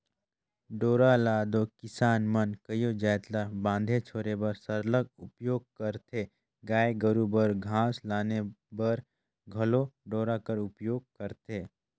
डोरा ल दो किसान मन कइयो जाएत ल बांधे छोरे बर सरलग उपियोग करथे गाय गरू बर घास लाने बर घलो डोरा कर उपियोग करथे